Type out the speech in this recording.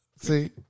See